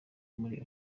muri